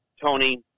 Tony